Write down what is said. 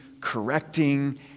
correcting